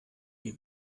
die